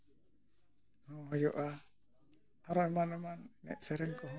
ᱦᱳᱭᱳᱜᱼᱟ ᱟᱨ ᱮᱢᱟᱱ ᱮᱢᱟᱱ ᱥᱮᱨᱮᱧ ᱠᱚᱦᱚᱸ